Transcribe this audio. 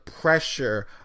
pressure